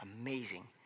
amazing